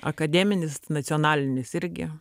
akademinis nacionalinis irgi